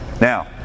Now